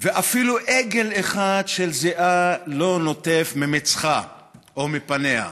ואפילו אגל אחד של זיעה לא נוטף ממצחה או מפניה.